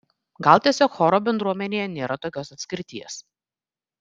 gal tiesiog choro bendruomenėje nėra tokios atskirties